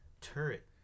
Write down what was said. Turret